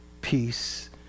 peace